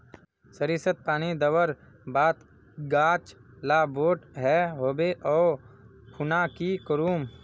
सरिसत पानी दवर बात गाज ला बोट है होबे ओ खुना की करूम?